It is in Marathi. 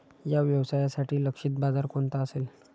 या व्यवसायासाठी लक्षित बाजार कोणता असेल?